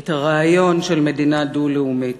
את הרעיון של מדינה דו-לאומית.